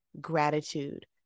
gratitude